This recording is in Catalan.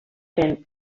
fent